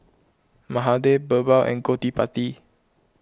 Mahade Birbal and Gottipati